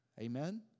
Amen